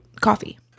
coffee